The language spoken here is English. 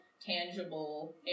tangible